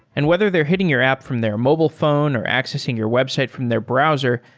and whether they are hitting your app from their mobile phone or accessing your website from their browser,